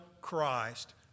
Christ